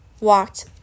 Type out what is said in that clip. walked